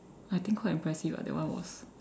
I think quite impressive ah that one was